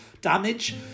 damage